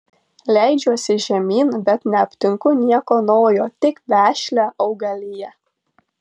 leidžiuosi žemyn bet neaptinku nieko naujo tik vešlią augaliją